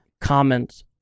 comments